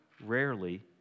rarely